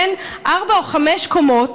בן ארבע או חמש קומות,